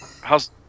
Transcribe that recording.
how's